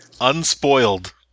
Unspoiled